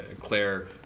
Claire